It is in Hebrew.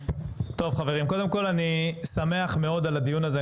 טוב חברים, קודם כל אני שמח מאוד על הדיון הזה.